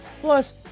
Plus